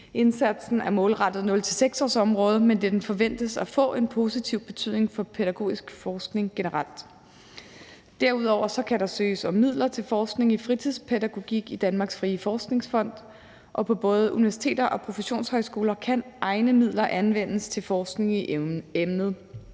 Indsatsen er målrettet 0-6-årsområdet, men den forventes at få en positiv betydning for pædagogisk forskning generelt. Derudover kan der søges om midler til forskning i fritidspædagogik i Danmarks Frie Forskningsfond, og på både universiteter og professionshøjskoler kan egne midler anvendes til forskning i emnet.